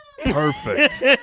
Perfect